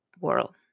world